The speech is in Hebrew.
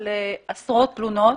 על עשרות תלונות